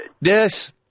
Yes